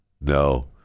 No